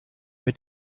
mit